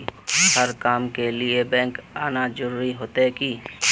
हर काम के लिए बैंक आना जरूरी रहते की?